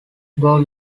gall